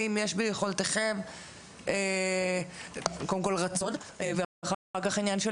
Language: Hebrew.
האם יש ביכולתכם קודם כל רצון ואחר כך עניין של